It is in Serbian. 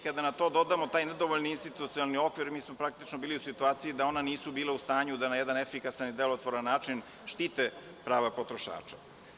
Kada na to dodamo taj nedovoljni institucionalni okvir, mi smo praktično bili u situaciji da ona nisu bila u stanju da na jedan efikasan i delotvoran način štite prava potrošača.